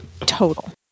Total